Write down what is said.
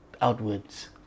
outwards